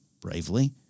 bravely